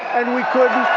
and we couldn't